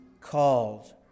called